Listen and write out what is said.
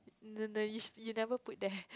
don't know you you never put there